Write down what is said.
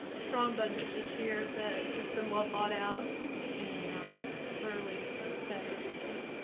strong budget this year that has been well thought out and um thoroughly vetted. so